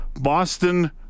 Boston